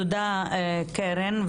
תודה קרן.